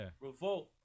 revolt